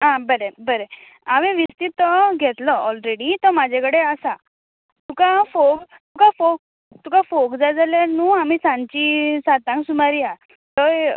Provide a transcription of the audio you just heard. आं बरें बरें हांवें विस्तीत तो घेतलो ऑलरेडी तो म्हाजे कडेन आसा तुका आं फोग तुका फोग तुका फोग जाय जाल्यार न्हू आमी सांची सातांक सुमार या थंय